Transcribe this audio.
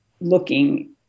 looking